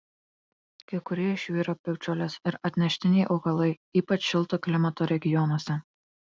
kai kurie iš jų yra piktžolės ir atneštiniai augalai ypač šilto klimato regionuose